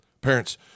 Parents